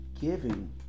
giving